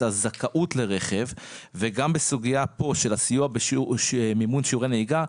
הזכאות לרכב וגם בסוגייה פה של הסיוע במימון שיעורי נהיגה,